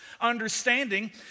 understanding